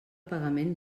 pagament